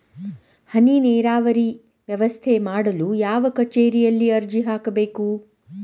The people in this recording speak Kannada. ಹನಿ ನೇರಾವರಿ ವ್ಯವಸ್ಥೆ ಮಾಡಲು ಯಾವ ಕಚೇರಿಯಲ್ಲಿ ಅರ್ಜಿ ಹಾಕಬೇಕು?